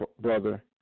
brother